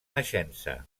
naixença